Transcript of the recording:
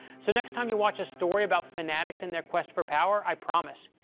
so next time you watch a story about fanatics and their quest for power, i promise,